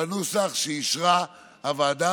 בנוסח שאישרה הוועדה.